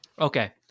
Okay